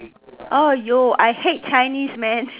I hate Chinese man